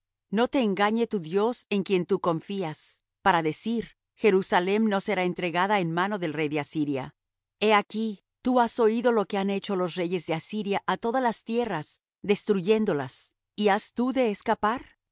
no te engañe tu dios en quien tú confías para decir jerusalem no será entregada en mano del rey de asiria he aquí tú has oído lo que han hecho los reyes de asiria á todas las tierras destruyéndolas y has tú de escapar